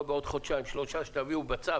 ולא בעוד חודשיים-שלושה כשתביאו בצו.